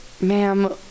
ma'am